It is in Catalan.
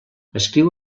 escriu